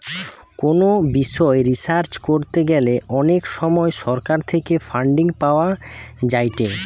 কোনো বিষয় রিসার্চ করতে গ্যালে অনেক সময় সরকার থেকে ফান্ডিং পাওয়া যায়েটে